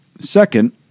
Second